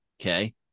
Okay